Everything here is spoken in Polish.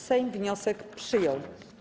Sejm wniosek przyjął.